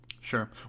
Sure